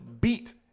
beat